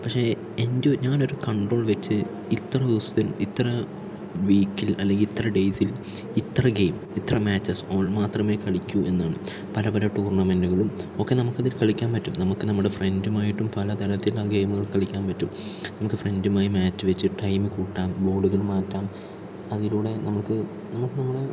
പക്ഷെ എൻ്റെ ഞാനൊരു കൺട്രോൾ വച്ച് ഇത്ര ദിവസത്തിൽ ഇത്ര വീക്കിൽ അല്ലെങ്കിൽ ഇത്ര ഡെയ്സിൽ ഇത്ര ഗെയിം ഇത്ര മാച്ചസ് ഓൾ മാത്രമേ കളിക്കൂ എന്നാണ് പല പല ടൂർണമെന്റുകളും ഒക്കെ നമുക്കിതിൽ കളിക്കാൻ പറ്റും നമുക്ക് നമ്മുടെ ഫ്രണ്ടുമായിട്ടും പല തരത്തിൽ ആ ഗെയിമുകൾ കളിക്കാൻ പറ്റും നമുക്ക് ഫ്രണ്ടുമായി മാച്ച് വച്ച് ടൈം കൂട്ടാം ബോളുകൾ മാറ്റാം അതിലൂടെ നമുക്ക് നമുക്ക് നമ്മുടെ